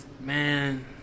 Man